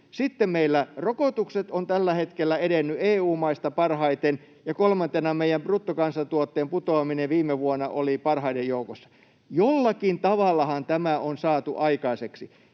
rokotukset ovat tällä hetkellä edenneet EU-maista parhaiten, ja meidän bruttokansantuotteen putoaminen viime vuonna oli parhaiden joukossa. Jollakin tavallahan tämä on saatu aikaiseksi.